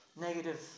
negative